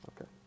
Okay